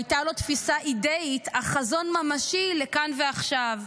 הייתה לו תפיסה אידאית אך חזון ממשי לכאן ועכשיו.